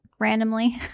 randomly